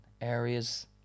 areas